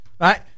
right